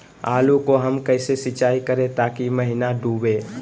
आलू को हम कैसे सिंचाई करे ताकी महिना डूबे?